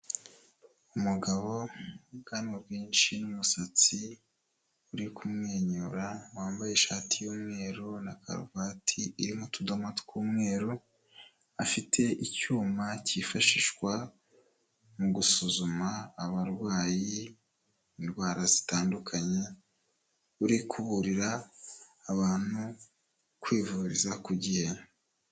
Umugabo ubwanwa bwinshi n'umusatsi, uri kumwenyura wambaye ishati yumweru na karuvati irimo tudoma tw'umweru, afite icyuma cyifashishwa mu gusuzuma abarwayi indwara zitandukanye, uri kuburira abantu kwivuriza ku gihe.